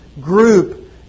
Group